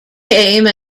came